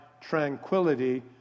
tranquility